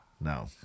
No